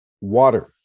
Water